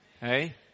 Hey